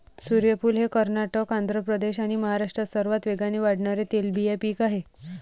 सूर्यफूल हे कर्नाटक, आंध्र प्रदेश आणि महाराष्ट्रात सर्वात वेगाने वाढणारे तेलबिया पीक आहे